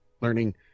learning